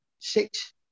six